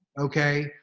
okay